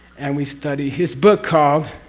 and we study his book called,